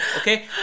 okay